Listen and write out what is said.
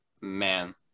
man